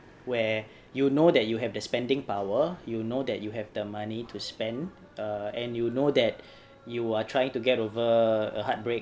where you know that you have the spending power you know that you have the money to spend err and you know that you are trying to get over a heartbreak